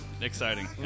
exciting